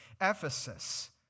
Ephesus